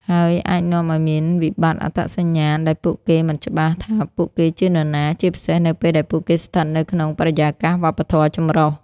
ហើយអាចនាំឱ្យមានវិបត្តិអត្តសញ្ញាណ ដែលពួកគេមិនច្បាស់ថាពួកគេជានរណា ជាពិសេសនៅពេលដែលពួកគេស្ថិតនៅក្នុងបរិយាកាសវប្បធម៌ចម្រុះ។